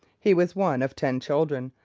he was one of ten children,